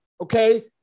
Okay